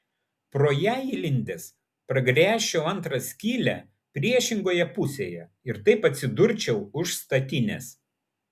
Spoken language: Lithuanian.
pro ją įlindęs pragręžčiau antrą skylę priešingoje pusėje ir taip atsidurčiau už statinės